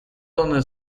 donde